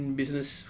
business